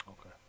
Okay